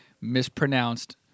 mispronounced